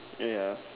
uh ya